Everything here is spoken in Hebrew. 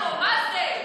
איפה האבטחה פה, מה זה?